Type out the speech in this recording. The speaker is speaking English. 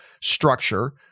structure